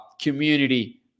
community